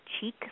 cheek